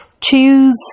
Choose